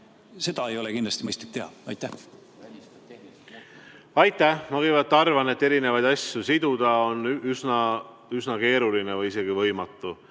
seda ei ole kindlasti mõistlik teha. Aitäh! Ma kõigepealt arvan, et erinevaid asju siduda on üsna keeruline või isegi võimatu.